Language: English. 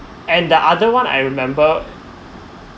and the other one I remember